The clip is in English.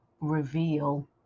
reveal